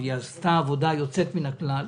והיא עשתה עבודה יוצאת מן הכלל.